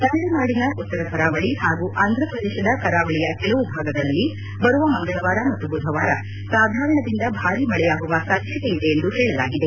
ತಮಿಳುನಾಡಿನ ಉತ್ತರ ಕರಾವಳಿ ಹಾಗೂ ಆಂಧ್ರಪ್ರದೇಶದ ಕರಾವಳಿಯ ಕೆಲವು ಭಾಗಗಳಲ್ಲಿ ಬರುವ ಮಂಗಳವಾರ ಮತ್ತು ಬುಧವಾರ ಹಗುರದಿಂದ ಸಾಧಾರಣದಿಂದ ಭಾರಿ ಮಳೆಯಾಗುವ ಸಾಧ್ಯತೆಯಿದೆ ಎಂದು ಹೇಳಲಾಗಿದೆ